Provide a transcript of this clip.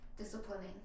Disciplining